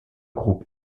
groupe